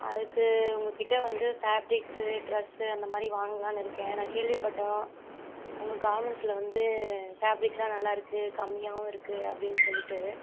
அதுக்கு உங்கக்கிட்டே வந்து ஃபேப்ரிக்ஸு ட்ரெஸ்ஸு அந்தமாதிரி வாங்கலாம்னு இருக்கேன் நான் கேள்விப்பட்டோம் உங்கள் கார்மெண்ட்ஸில் வந்து ஃபேப்ரிக்ஸுலாம் நல்லாயிருக்கு கம்மியாகவும் இருக்குது அப்படின்னு சொல்லிவிட்டு